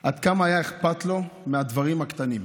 עד כמה היה אכפת לו מהדברים הקטנים.